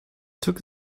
took